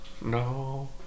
No